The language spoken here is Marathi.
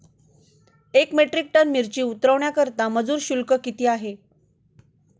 एक मेट्रिक टन मिरची उतरवण्याकरता मजूर शुल्क किती आहे?